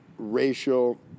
racial